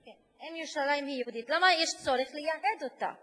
אם ירושלים היא יהודית, למה יש צורך לייהד אותה?